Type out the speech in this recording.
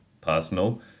personal